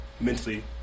mentally